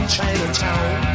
Chinatown